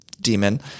demon